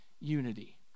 unity